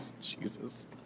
Jesus